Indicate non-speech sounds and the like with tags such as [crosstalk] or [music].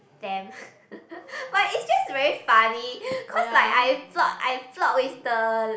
them [laughs] but it's just very funny cause like I plot I plot with the